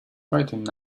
writing